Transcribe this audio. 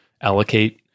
allocate